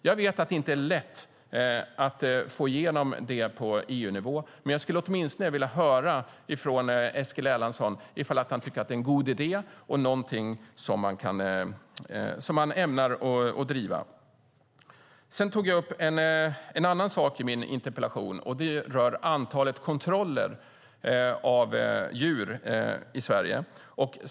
Jag vet att inte är lätt att få igenom detta på EU-nivå, men jag skulle åtminstone vilja höra från Eskil Erlandsson om han tycker att det är en god idé och något som han ämnar driva. I min interpellation tog jag också upp en annan sak, nämligen antalet kontroller av djur i Sverige.